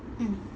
mm